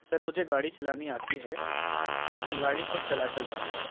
سر مجھے گاڑی چلانی آتی ہے تو میں گاڑی خود چلا کر جاؤں گا